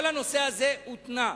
כל הנושא הזה הותנה,